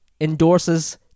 endorses